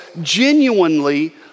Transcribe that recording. genuinely